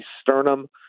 sternum